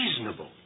reasonable